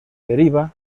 deriva